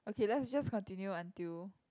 okay let's just continue until